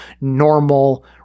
normal